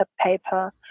paper